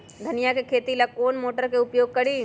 धनिया के खेती ला कौन मोटर उपयोग करी?